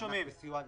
מענק לסיוע בעסקים.